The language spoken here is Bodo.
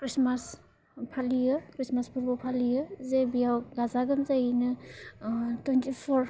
ख्रिष्टमास फालियो ख्रिष्टमास फोरबो फालियो जे बेयाव गाजा गोमजायैनो टुयेनटि फर